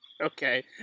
Okay